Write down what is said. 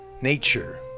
nature